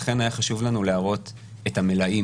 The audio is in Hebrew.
ולכן היה חשוב לנו להראות את המלאים.